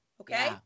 okay